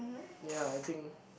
ya I think